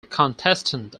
contestant